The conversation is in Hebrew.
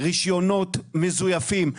רישיונות מזויפים,